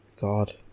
God